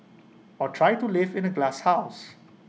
or try to live in A glasshouse